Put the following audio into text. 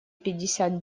пятьдесят